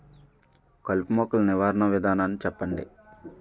కలుపు మొక్కలు నివారణ విధానాన్ని చెప్పండి?